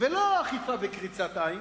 ולא אכיפה בקריצת עין.